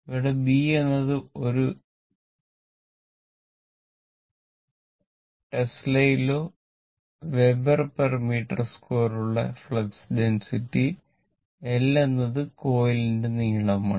ഇവിടെ ബി എന്നത് ഒരു ടെസ്ലയിലോ വെബർ പേര് മീറ്റർ സ്ക്വരെ ഉള്ള ഫ്ലക്സ് ഡെന്സിറ്റി എൽ എന്നത് കോയിലിന്റെ നീളമാണ്